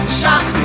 shot